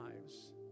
lives